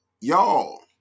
y'all